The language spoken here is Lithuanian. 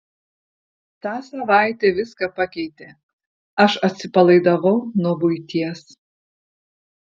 ta savaitė viską pakeitė aš atsipalaidavau nuo buities